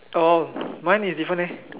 oh mine is different eh